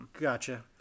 Gotcha